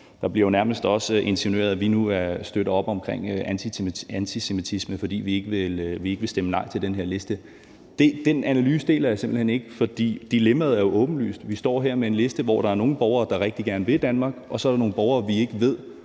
Det bliver jo nærmest også insinueret, at vi nu støtter op om antisemitisme, fordi vi ikke vil stemme nej til den her liste. Den analyse deler jeg simpelt hen ikke, for dilemmaet er jo åbenlyst. Vi står her med en liste, hvor der er nogle borgere, der rigtig gerne vil Danmark, og så er der nogle borgere, vi ikke ved